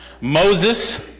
Moses